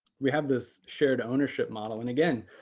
we have this shared ownership model, and again,